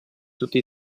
tutti